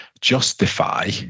justify